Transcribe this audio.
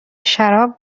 شراب